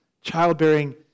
childbearing